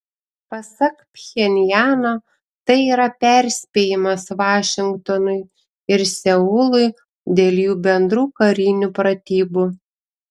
pasak pchenjano tai yra perspėjimas vašingtonui ir seului dėl jų bendrų karinių pratybų